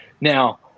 Now